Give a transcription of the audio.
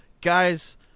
guys